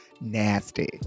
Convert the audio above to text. Nasty